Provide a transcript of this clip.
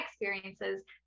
experiences